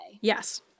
yes